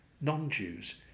non-Jews